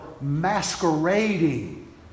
masquerading